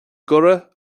gcuireadh